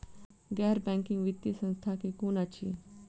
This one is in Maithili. गैर बैंकिंग वित्तीय संस्था केँ कुन अछि?